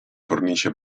fornisce